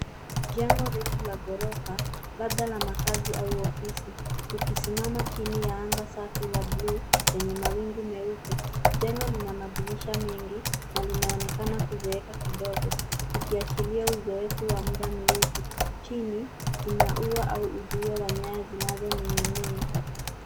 Jengo refu la ghorofa labda la makazi au ofisi likisimama chini ya anga safi ya bluu lenye mawingu meupe. Jengo lina madirisha mengi na linaonekana kuzeeka kidogo likiashiria uzoefu wa muda mrefu. Chini kuna ua au uzio wa nyaya zinazoning'inia.